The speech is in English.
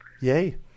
Yay